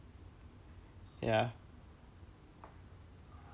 ya